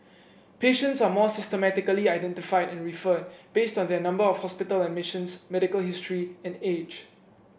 patients are more systematically identified and referred based on their number of hospital admissions medical history and age